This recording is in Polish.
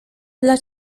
dla